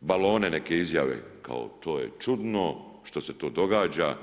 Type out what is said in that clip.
balone neke izjave kao to je čudno što se to događa.